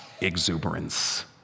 exuberance